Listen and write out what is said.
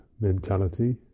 mentality